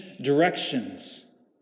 directions